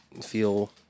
feel